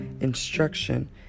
instruction